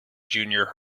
junior